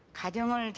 i don't want